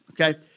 okay